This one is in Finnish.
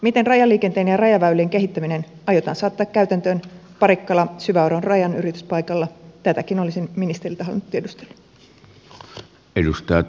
miten rajaliikenteen ja rajaväylien kehittäminen aiotaan saattaa käytäntöön parikkalasyväoron rajanylityspaikalla tätäkin olisin ministeriltä halunnut tiedustella